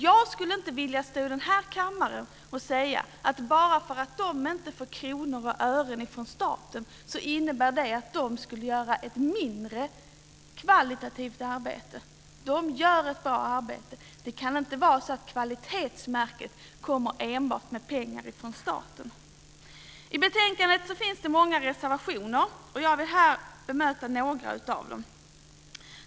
Jag skulle inte vilja stå i den här kammaren och säga att bara för att de inte får kronor och ören från staten innebär det att de skulle göra ett sämre arbete kvalitativt. Det gör ett bra arbete. Det kan inte vara så att kvalitetsmärket kommer enbart med pengar från staten. I betänkandet finns det många reservationer, och jag vill här bemöta några av dem.